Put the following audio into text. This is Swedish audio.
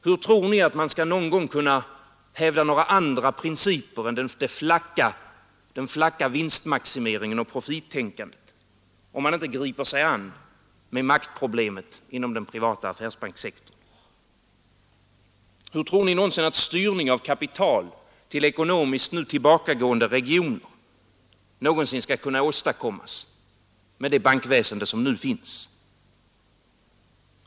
Hur tror ni att man någon gång skall kunna hävda några andra principer än den flacka vinstmaximeringen och profittänkandet om man inte griper sig an med maktproblemet inom den privata affärsbankssektorn? Hur tror ni att styrning av kapital till ekonomiskt nu tillbakagående regioner någonsin skall kunna åstadkommas med det bankväsende som nu finns?